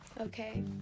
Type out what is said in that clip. Okay